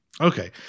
Okay